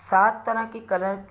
सात तरह के कलर